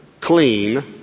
clean